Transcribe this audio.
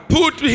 put